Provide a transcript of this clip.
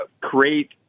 create